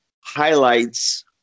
highlights